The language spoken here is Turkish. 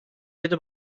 yedi